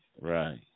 right